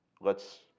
lets